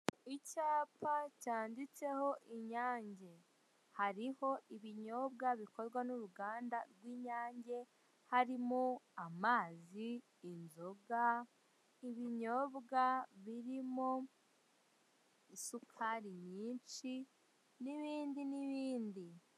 Icyapa cyanditseho Inyange, hariho ibinyobwa bikorwa n'uruganda rw'Inyange, harimo amazi, inzoga, ibinyobwa borimo, isukari nyinshi n'ibindi n'ibindi.